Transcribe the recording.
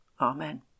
Amen